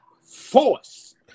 force